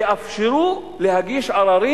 תאפשרו להגיש עררים.